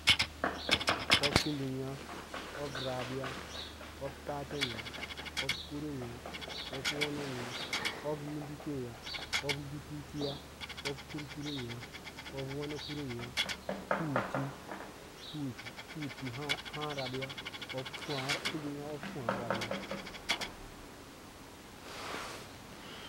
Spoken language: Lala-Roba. Of finya, of rabya, of taten yã of kurūn yâ, of wononon yá, of mīndikeya, of butatiya of kurkurmiya, of wana kuruya purí, puti ahǎǎ rabya